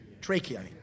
Trachea